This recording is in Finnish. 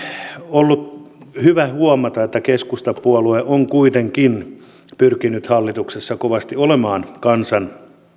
on ollut hyvä huomata että keskustapuolue on kuitenkin pyrkinyt hallituksessa kovasti olemaan kansan